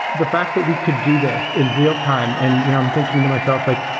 the fact that we could do this in real time, and you know i'm thinking to myself like,